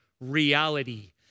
reality